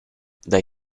they